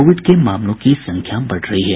Covid के मामलों की संख्या बढ़ रही है